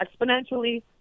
exponentially